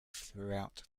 throughout